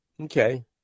Okay